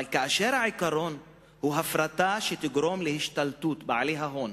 אבל כאשר העיקרון הוא הפרטה שתגרום להשתלטות בעלי ההון,